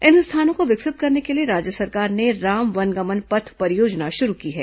इन स्थानों को विकसित करने के लिए राज्य सरकार ने राम वनगमन पथ परियोजना शुरू की है